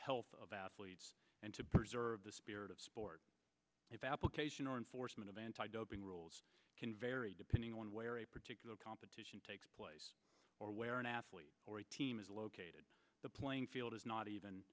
health of athletes and to preserve the spirit of sport if application or enforcement of anti doping rules can vary depending on where a particular competition takes place or where an athlete or a team is located the playing field is not even